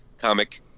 Comic